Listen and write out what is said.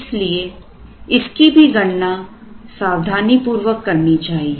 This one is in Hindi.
इसलिए इसकी भी गणना सावधानीपूर्वक करनी चाहिए